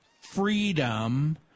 freedom